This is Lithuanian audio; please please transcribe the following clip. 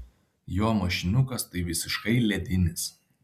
jo mašiniukas tai visiškai ledinis